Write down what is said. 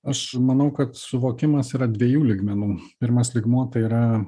aš manau kad suvokimas yra dviejų lygmenų pirmas lygmuo tai yra